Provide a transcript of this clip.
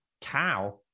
Cow